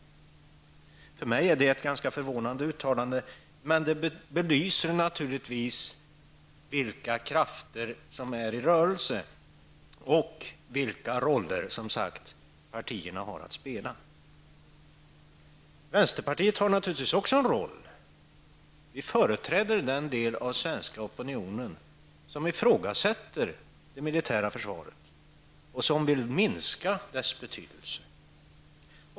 För mig är det ett förvånansvärt uttalande, men det belyser vilka krafter som är i rörelse och vilka roller partierna har att spela. Vänsterpartiet har naturligtvis också en roll. Vi företräder den del av svenska opinionen som ifrågasätter det militära försvaret och som vill minska dess betydelse.